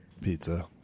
Pizza